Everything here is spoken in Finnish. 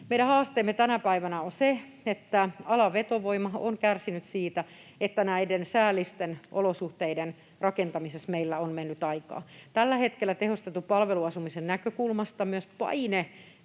Meidän haasteemme tänä päivänä on se, että alan vetovoima on kärsinyt siitä, että näiden säällisten olosuhteiden rakentamisessa meillä on mennyt aikaa. Tällä hetkellä tehostetun palveluasumisen näkökulmasta myös paine